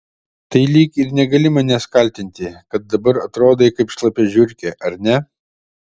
tai lyg ir negali manęs kaltinti kad dabar atrodai kaip šlapia žiurkė ar ne